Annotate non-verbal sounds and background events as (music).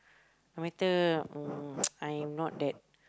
no matter uh (noise) I not that